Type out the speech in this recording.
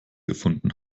gefunden